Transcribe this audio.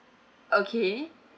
okay